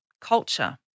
culture